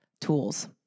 tools